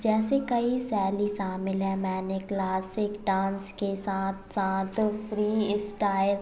जैसे कई शैली शामिल है मैंने क्लासिक डान्स के साथ साथ फ्री इस्टाइल